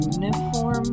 uniform